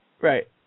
Right